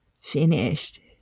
Finished